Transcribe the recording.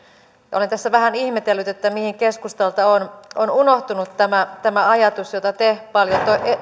olen tässä vähän ihmetellyt mihin keskustalta on on unohtunut tämä tämä ajatus jota te paljon